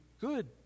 Good